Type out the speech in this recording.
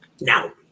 Now